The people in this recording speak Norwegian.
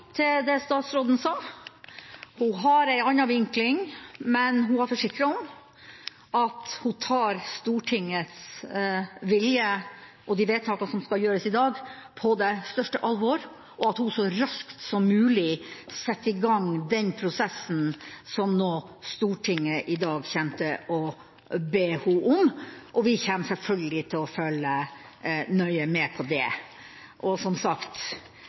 til det statsråden sa. Hun har en annen vinkling, men hun har forsikret om at hun tar Stortingets vilje og de vedtakene som skal gjøres i dag, på det største alvor, og at hun så raskt som mulig setter i gang den prosessen som Stortinget i dag kommer til å be henne om. Og vi kommer selvfølgelig til å følge nøye med på det. Og: Jeg har litt lyst til å synge en sang som